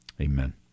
Amen